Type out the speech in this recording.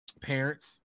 parents